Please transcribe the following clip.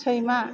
सैमा